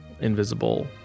invisible